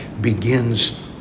begins